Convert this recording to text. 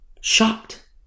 Shocked